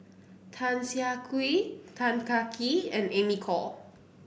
Tan Siah Kwee Tan Kah Kee and Amy Khor